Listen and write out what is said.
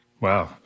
Wow